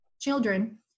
children